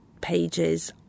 pages